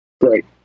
Great